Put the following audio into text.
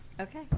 Okay